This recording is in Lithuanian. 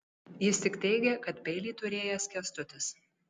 jis tik teigė kad peilį turėjęs kęstutis